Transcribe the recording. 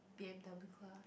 Vienda